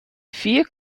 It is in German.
vier